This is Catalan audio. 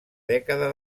dècada